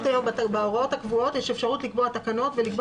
בהוראות הקבועות היום יש אפשרות לקבוע תקנות ולקבוע